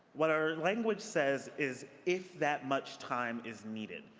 what our language says is if that much time is needed,